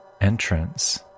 entrance